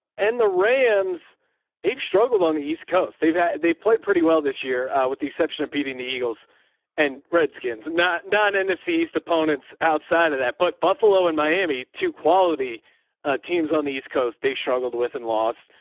and the rams they've struggled on the east coast. they've had, they've played pretty well this year with the exception of beating the eagles and redskins, not none nfc east opponents, outside of that, but buffalo in miami to quality teams on the east coast, they struggled with in loss.